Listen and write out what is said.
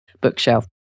bookshelf